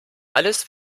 alles